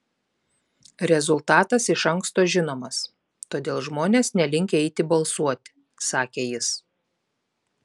rezultatas iš anksto žinomas todėl žmonės nelinkę eiti balsuoti sakė jis